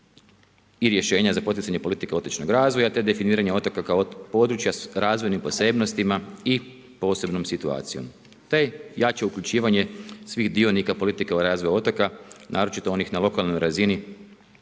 i rješenja za poticanje politike otočnog razvoja te definiranje otoka kao područja s razvojnim posebnostima i posebnom situacijom. To jače uključivanje svih dionika politike o razvoju otoka, naročito onih na lokalnoj razini,